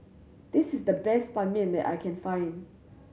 this is the best Ban Mian that I can find